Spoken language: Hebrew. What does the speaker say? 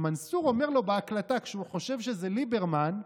ומנסור אומר לו בהקלטה, כשהוא חושב שזה ליברמן,